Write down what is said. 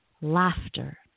laughter